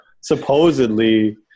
supposedly